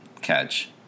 catch